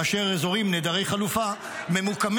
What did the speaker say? באשר אזורים נעדרי חלופה ממוקמים,